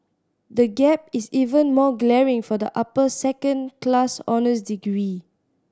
the gap is even more glaring for the upper second class honours degree